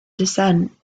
descent